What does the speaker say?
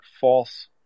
false